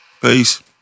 Peace